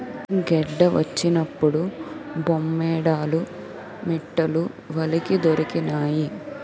గెడ్డ వచ్చినప్పుడు బొమ్మేడాలు మిట్టలు వలకి దొరికినాయి